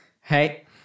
Hey